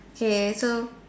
K so